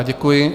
Děkuji.